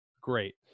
great